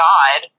God